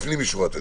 לפנים משורת הדין.